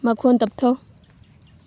ꯃꯈꯣꯟ ꯇꯞꯊꯧ